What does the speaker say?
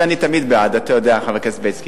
זה אני תמיד בעד, אתה יודע, חבר הכנסת בילסקי.